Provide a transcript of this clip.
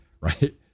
Right